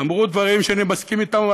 אמרו דברים שאני מסכים אתם,